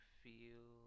feel